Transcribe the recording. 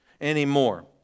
anymore